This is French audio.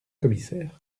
commissaire